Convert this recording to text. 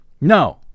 No